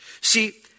See